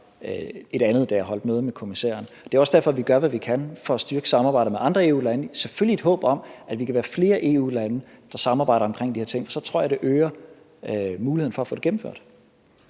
Det er også derfor, vi gør, hvad vi kan for at styrke samarbejdet med andre EU-lande, selvfølgelig i et håb om, at vi kan være flere EU-lande, der samarbejder omkring de her ting. For så tror jeg, det øger muligheden for at få det gennemført.